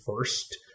first